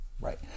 Right